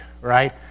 right